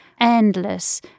endless